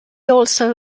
also